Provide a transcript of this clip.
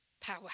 power